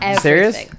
serious